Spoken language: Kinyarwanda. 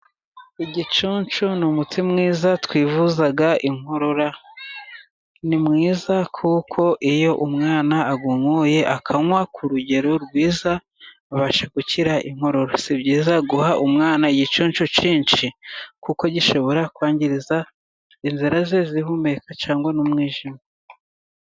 Igicunshu ni umuti mwiza twivuza inkorora ni mwiza kuko iyo umwana awunyoye akanywa ku rugero rwiza, abasha gukira inkorora sibyiza guha umwana igicunshu cyinshi, kuko gishobora kwangiza inzira ze zihumeka cyangwa n'umwijima.